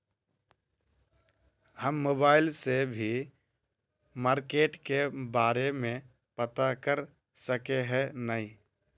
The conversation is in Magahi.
हम मोबाईल से भी मार्केट के बारे में पता कर सके है नय?